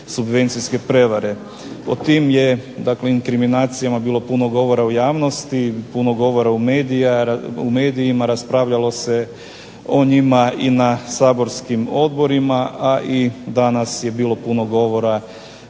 subvencijske prevare. Pod tim je dakle inkriminacijama bilo puno govora u javnosti, puno govora u medijima, raspravljalo se o njima i na saborskim odborima, a i danas je bilo puno govora